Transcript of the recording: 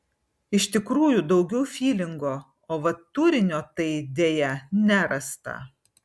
iš tikrųjų daugiau fylingo o vat turinio tai deja nerasta